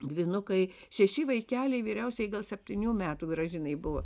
dvynukai šeši vaikeliai vyriausioji gal septynių metų gražinai buvo